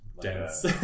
dense